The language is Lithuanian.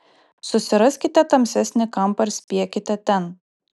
susiraskite tamsesnį kampą ir spiekite ten